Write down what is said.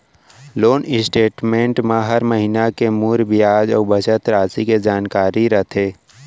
loan statement म हर महिना के मूर बियाज अउ बचत रासि के जानकारी रथे